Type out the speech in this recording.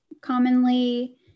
Commonly